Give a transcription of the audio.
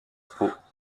pots